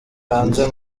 hanze